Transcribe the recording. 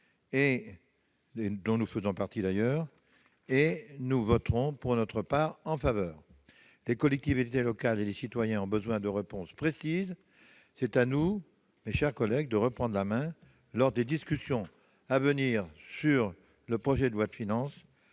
motion à la quasi-unanimité ; nous voterons donc pour cette motion. Les collectivités locales et les citoyens ont besoin de réponses précises. C'est à nous, mes chers collègues, de reprendre la main lors des discussions à venir sur le projet de loi de finances.